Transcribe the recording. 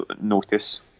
notice